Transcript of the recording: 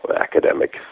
academic